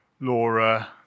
Laura